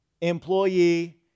employee